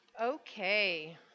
Okay